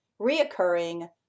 reoccurring